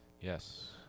Yes